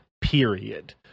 period